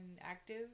active